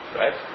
right